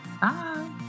Bye